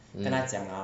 mm